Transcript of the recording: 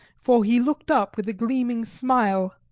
for he looked up with a gleaming smile.